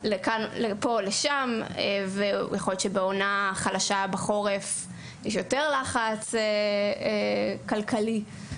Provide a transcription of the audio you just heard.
יכול להיות שבחורף יש יותר לחץ כלכלי.